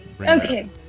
Okay